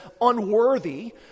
unworthy